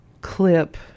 clip